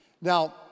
Now